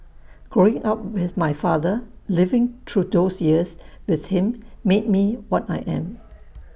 growing up with my father living through those years with him made me what I am